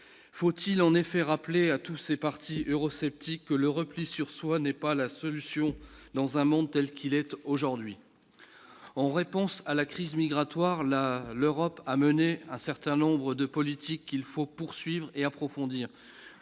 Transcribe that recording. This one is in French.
faut-il en effet rappeler à tous ces partis eurosceptiques que le repli sur soi, n'est pas la solution dans un monde telle qu'il est aujourd'hui, en réponse à la crise migratoire là l'Europe a mené un certain nombre de politiques qu'il faut poursuivre et approfondir,